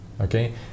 Okay